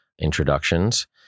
introductions